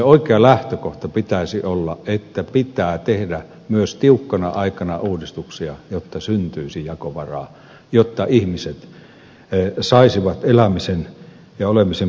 oikeana lähtökohtana pitäisi olla että pitää tehdä myös tiukkana aikana uudistuksia jotta syntyisi jakovaraa jotta ihmiset saisivat elämisen ja olemisen perusedellytyksistä kiinni